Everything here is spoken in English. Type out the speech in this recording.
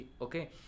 Okay